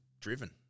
driven